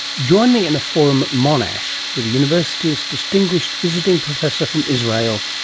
join me in a forum at monash with the university's distinguished visiting professor from israel,